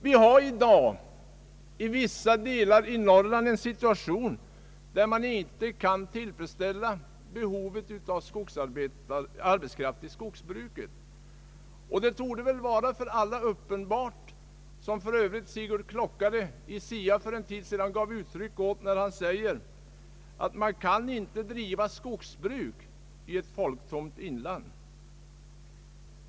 Vi har i dag i vissa delar av Norrland en sådan situation att man inte kan tillfredsställa behovet av arbetskraft i skogsbruket. Det torde för alla vara uppenbart, som för övrigt Sigurd Klockare i Sia skrev för en tid sedan, att man inte kan driva skogsbruk i ett folktomt inland.